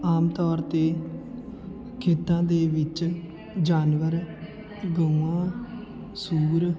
ਆਮ ਤੌਰ 'ਤੇ ਖੇਤਾਂ ਦੇ ਵਿੱਚ ਜਾਨਵਰ ਗਊਆਂ ਸੂਰ